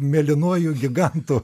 mėlynuoju gigantu